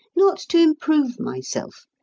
not to improve myself,